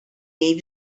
jej